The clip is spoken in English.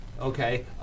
okay